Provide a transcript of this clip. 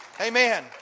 Amen